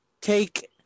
take